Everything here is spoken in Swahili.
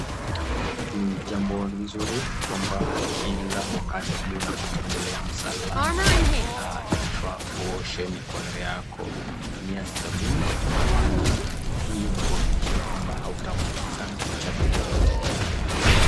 Ni jambo nzuri kwamba kila wakati unapotembelea msalani inafaa uoshe mikono yako, tumia sabuni na maji. Hii ni kuakikisha ya kwamba hamtaambukizana uchafu wowote.